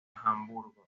hamburgo